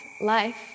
life